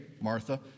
Martha